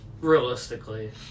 Realistically